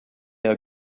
are